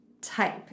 type